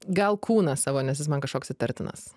gal kūną savo nes jis man kažkoks įtartinas